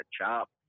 chop